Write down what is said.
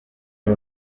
n’u